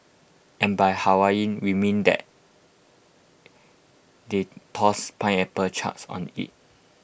and by Hawaiian we mean that they tossed pineapple chunks on IT